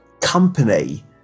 company